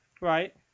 Right